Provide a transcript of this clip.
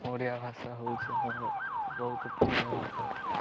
ଓଡ଼ିଆ ଭାଷା ହଉଛି ଆମର ବହୁତ ପ୍ରିୟ ଭାଷା